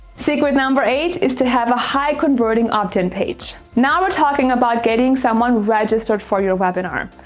so good. number eight is to have a high converting opt in page. now we're talking about getting someone registered for your webinar,